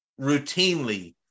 routinely